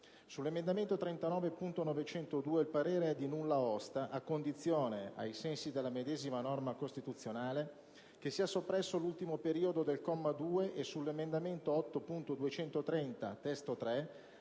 Sull'emendamento 39.902 il parere è di nulla osta, a condizione, ai sensi della medesima norma costituzionale, che sia soppresso l'ultimo periodo del comma 2 e sull'emendamento 8.230 (testo 3)